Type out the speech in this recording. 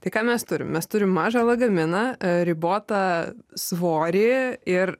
tai ką mes turim mes turim mažą lagaminą ribotą svorį ir